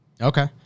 Okay